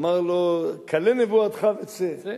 אמר לו: כלה נבואתך וצא.